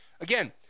again